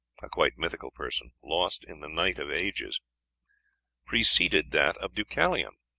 a quite mythical person, lost in the night of ages preceded that of deucalion.